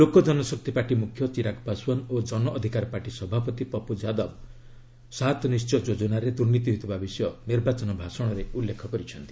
ଲୋକ ଜନଶକ୍ତି ପାର୍ଟି ମୁଖ୍ୟ ଚିରାଗ ପାଶଓ୍ୱାନ୍ ଓ ଜନଅଧିକାର ପାର୍ଟି ସଭାପତି ପପୁ ଯାଦବ 'ସାତ୍ ନିଶ୍ଚୟ ଯୋଜନାରେ ଦୁର୍ନୀତି ହୋଇଥିବା ବିଷୟ ନିର୍ବାଚନ ଭାଷଣରେ ଉଲ୍ଲେଖ କରିଚ୍ଛନ୍ତି